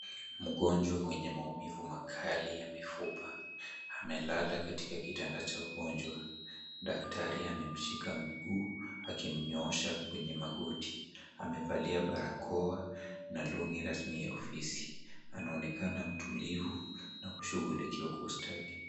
Mgonjwa mwenye maumivu makali ya mifupa amelala katika kitanda cha wagonjwa. Daktari amemshika miguu akimnyoosha kwenye magoti. Amevalia barakoa na long'i rasmi ya ofisi. Anaonekana mtulivu na kushughulikiwa kwa ustadi.